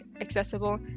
accessible